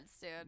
dude